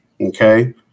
Okay